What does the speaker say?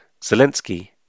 Zelensky